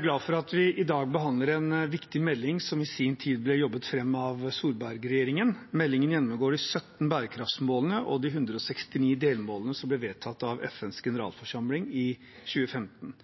glad for at vi i dag behandler en viktig melding som i sin tid ble jobbet fram av Solberg-regjeringen. Meldingen gjennomgår de 17 bærekraftsmålene og de 169 delmålene som ble vedtatt av FNs generalforsamling i 2015.